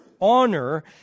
Honor